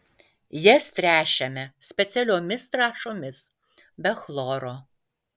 jas tręšiame specialiomis trąšomis be chloro